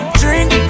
drink